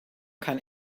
kann